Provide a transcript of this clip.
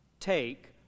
take